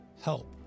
help